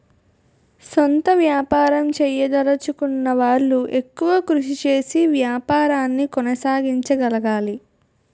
సొంత వ్యాపారం చేయదలచుకున్న వాళ్లు ఎక్కువ కృషి చేసి వ్యాపారాన్ని కొనసాగించగలగాలి